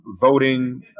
voting